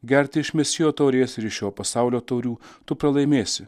gerti iš mesijo taurės ir šio pasaulio taurių tu pralaimėsi